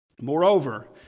Moreover